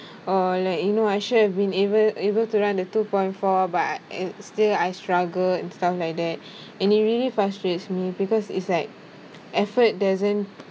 or like you know I should have been able able to run the two point four but and still I struggle and stuff like that and it really frustrates me because it's like effort doesn't